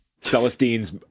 Celestine's